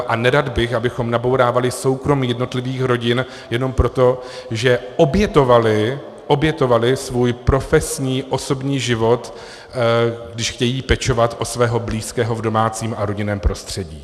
A nerad bych, abychom nabourávali soukromí jednotlivých rodin jenom proto, že obětovaly, obětovaly svůj profesní osobní život, když chtějí pečovat o svého blízkého v domácím a rodinném prostředí.